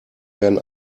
werden